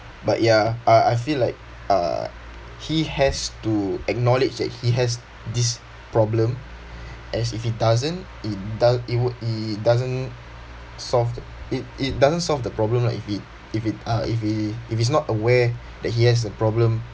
but ya uh I feel like uh he has to acknowledge that he has this problem as if he doesn't it do~ it would it doesn't solve it it doesn't solve the problem lah if it if it uh if he if he's not aware that he has a problem